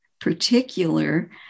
particular